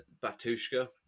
Batushka